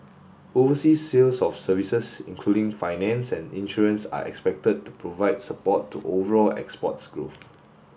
overseas sales of services including finance and insurance are expected to provide support to overall exports growth